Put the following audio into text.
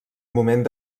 moment